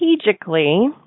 strategically